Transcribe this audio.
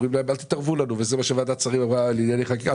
אומרים אל תתערבו לנו וזה מה שוועדת שרים לענייני חקיקה אמרה,